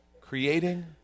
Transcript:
creating